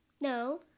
No